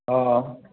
हँ